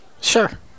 Sure